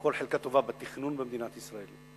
כל חלקה טובה בתכנון במדינת ישראל.